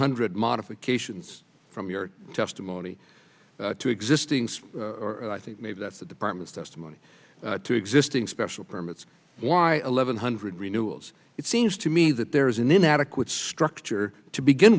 hundred modifications from your testimony to existing so i think maybe that's the department's testimony to existing special permits why eleven hundred renewals it seems to me that there is an inadequate structure to begin